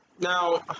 Now